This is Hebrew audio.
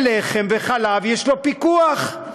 שלחם וחלב יש עליהם פיקוח,